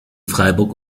freiburg